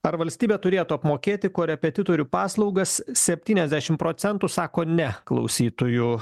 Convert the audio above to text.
ar valstybė turėtų apmokėti korepetitorių paslaugas septyniasdešim procentų sako ne klausytojų